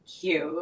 cute